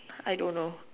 I don't know